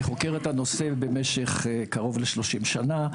אני חוקר את הנושא במשך קרוב ל-30 שנה.